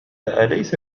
أليس